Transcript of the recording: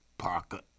Parker